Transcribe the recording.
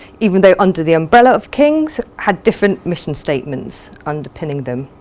even though under the umbrella of king's, had different mission statements underpinning them.